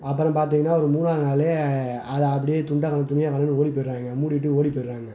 அப்புறோம் பார்த்தீங்கனா ஒரு மூணாவது நாளே அதை அப்படியே துண்டைக் காணும் துணியைக் காணும்னு ஓடிப் போயிடறாங்க மூடிவிட்டு ஓடிப் போயிடறாங்க